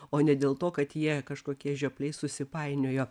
o ne dėl to kad jie kažkokie žiopliai susipainiojo